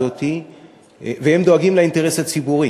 והם דואגים לאינטרס הציבורי.